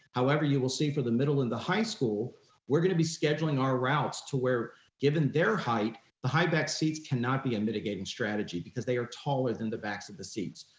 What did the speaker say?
however, you will see for the middle and the high school we're gonna be scheduling our routes to were given their height, the high back seats cannot be a mitigating strategy because they are taller than the backs of the seats.